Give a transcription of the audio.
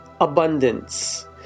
abundance